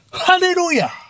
Hallelujah